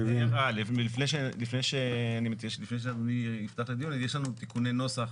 לפני שאדוני יפתח את הדיון, יש לנו תיקוני נוסח